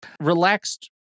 relaxed